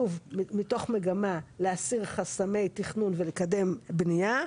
שוב, מתוך מגמה להסיר חסמי תכנון ולקדם בניה,